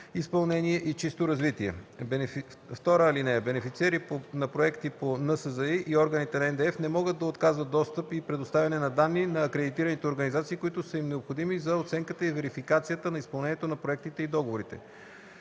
изпълнение и чисто развитие. (2) Бенефициери на проекти по НСЗИ и органите на НДЕФ не могат да отказват достъп и предоставяне на данни на акредитираните организации, които са им необходими за оценката и верификацията на изпълнението на проектите и договорите.